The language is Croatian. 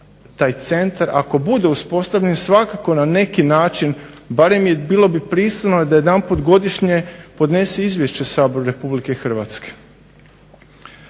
taj centar ako bude uspostavljen svakako na neki način, barem, bilo bi pristojno da jedanput godišnje podnese izvješće Saboru Republike Hrvatske.